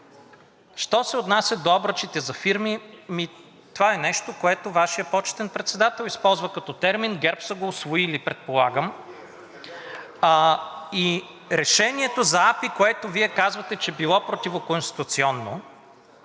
Що се отнася до обръчите от фирми, това е нещо, което Вашият почетен председател използва като термин, а ГЕРБ са го усвоили, предполагам. Решението на АПИ, за което Вие казвате, че било противоконституционно,